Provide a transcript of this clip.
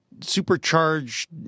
supercharged